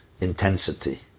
intensity